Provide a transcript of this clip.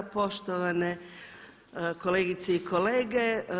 Poštovane kolegice i kolege.